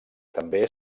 també